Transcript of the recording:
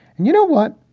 and you know what?